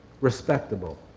respectable